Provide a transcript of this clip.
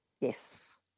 Yes